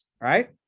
right